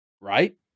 right